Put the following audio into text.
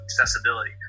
accessibility